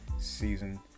season